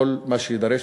כל מה שיידרש,